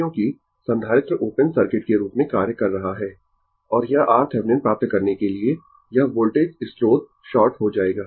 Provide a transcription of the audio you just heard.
क्योंकि संधारित्र open circuit के रूप में कार्य कर रहा है और यह RThevenin प्राप्त करने के लिए यह वोल्टेज स्रोत शार्ट हो जाएगा